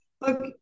look